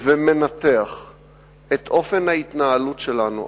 ומנתח את אופן ההתנהלות שלנו,